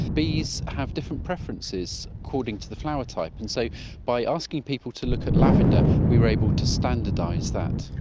bees have different preferences, according to the flower type, and so by asking people to look at lavender we were able to standardise that.